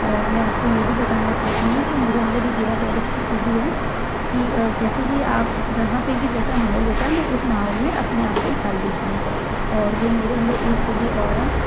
और मैं आपको ये भी बताना चाहती हूँ कि मेरे अंदर एक यह बहुत अच्छी खूबी है कि जैसे कि आप जहाँ पे भी जैसा माहौल होता है मैं उस माहौल में अपने आप को ढाल लेती हूँ और जो मेरे अंदर एक खूबी और है